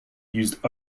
used